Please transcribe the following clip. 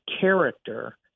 character